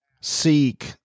seek